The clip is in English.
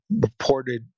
reported